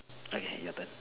okay your turn